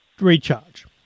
recharge